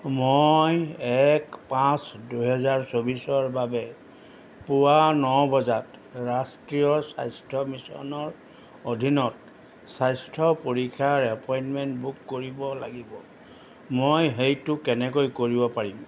মই এক পাঁচ দুহেজাৰ চৌবিছৰ বাবে পুৱা ন বজাত ৰাষ্ট্ৰীয় স্বাস্থ্য মিছনৰ অধীনত স্বাস্থ্য পৰীক্ষাৰ এপইণ্টমেণ্ট বুক কৰিব লাগিব মই সেইটো কেনেকৈ কৰিব পাৰিম